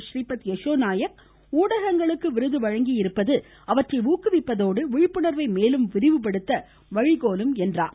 றீபத் யசோ நாயக் ஊடகங்களுக்கு விருது வழங்கியிருப்பது அவந்றை ஊக்குவிப்பதோடு விழிப்புணர்வை மேலும் விரிவுபடுத்த வழிகோலும் என்றார்